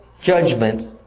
judgment